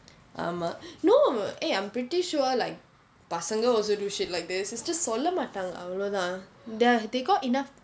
ஆமாம்:aamaam no eh I'm pretty sure like பசங்க:pasanga also do shit like this is just சொல்ல மாட்டாங்க அவ்வளவு தான்:solla maattaanga avalavu thaan ya they got enough